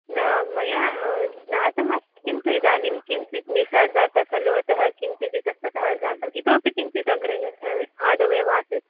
न मया ज्ञातमस्ति किन्तु इदानीं किञ्चित् निशा जाता खलु अतः किञ्चित् इतस्ततः जातम् इतोपि किञ्चित् अग्रे आदौ एव आसीत्